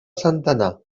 centenar